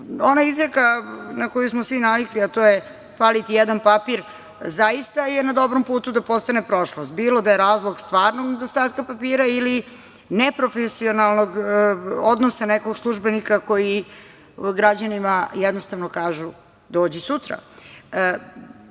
Ona izreka na koju smo svi navikli, a to je „Fali ti jedan papir“, zaista je na dobrom putu da postane prošlost, bilo da je razlog stvarnog nedostatka papira ili neprofesionalnog odnosa nekog službenika koji građanima jednostavno kažu - dođi